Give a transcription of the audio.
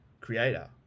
creator